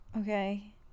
Okay